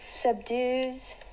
subdues